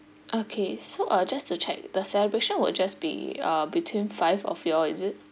okay so uh just to check the celebration will just be uh between five of you all is it